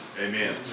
Amen